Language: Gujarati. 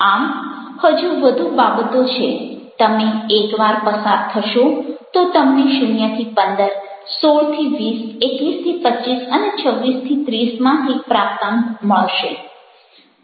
આમ હજુ વધુ બાબતો છે તમે એકવાર પસાર થશો તો તમને 0 15 16 20 21 25 અને 26 30 માંથી પ્રાપ્તાંક મળશે